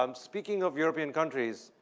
um speaking of european countries,